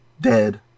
dead